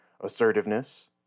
assertiveness